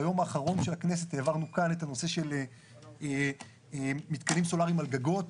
ביום האחרון של הכנסת העברנו כאן את הנושא של מתקנים סולאריים על גגות.